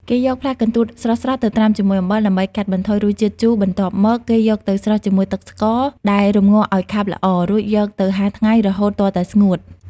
គេយកផ្លែកន្ទួតស្រស់ៗទៅត្រាំជាមួយអំបិល ដើម្បីកាត់បន្ថយរសជាតិជូរបន្ទាប់មក គេយកទៅស្រុះជាមួយទឹកស្ករដែលរំងាស់ឲ្យខាប់ល្អ រួចយកទៅហាលថ្ងៃរហូតទាល់តែស្ងួត។